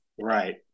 Right